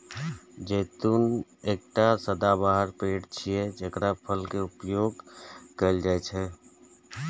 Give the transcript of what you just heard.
जैतून एकटा सदाबहार पेड़ छियै, जेकर फल के उपयोग कैल जाइ छै